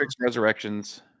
Resurrections